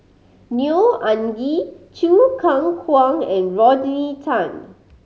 Neo Anngee Choo Keng Kwang and Rodney Tan